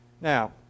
Now